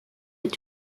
est